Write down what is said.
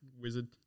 Wizard